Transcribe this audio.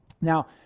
Now